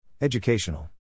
Educational